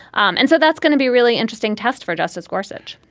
um and so that's going to be really interesting test for justice gorsuch